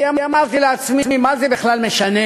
כי אמרתי לעצמי: מה זה בכלל משנה